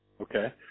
Okay